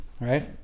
Right